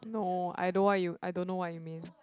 no I don't want you I don't know what you mean